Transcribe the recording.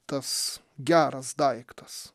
tas geras daiktas